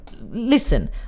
listen